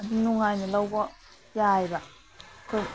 ꯁꯨꯝ ꯅꯨꯡꯉꯥꯏꯅ ꯂꯧꯕ ꯌꯥꯏꯌꯦꯕ ꯑꯩꯈꯣꯏ